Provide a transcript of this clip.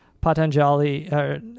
Patanjali